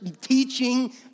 teaching